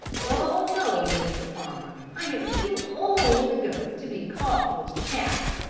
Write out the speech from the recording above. oh, no, mr. farmer, i am too old a goat to be caught with chaff.